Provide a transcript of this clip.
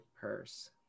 purse